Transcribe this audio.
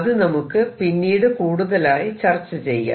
അത് നമുക്ക് പിന്നീട് കൂടുതലായി ചർച്ച ചെയ്യാം